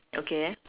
okay